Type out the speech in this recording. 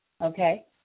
okay